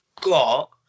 got